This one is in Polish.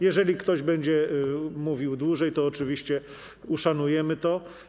Jeżeli ktoś będzie mówił dłużej, to oczywiście uszanujemy to.